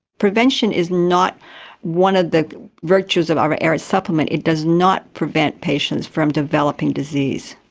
prevention is not one of the virtues of our areds supplement. it does not prevent patients from developing disease.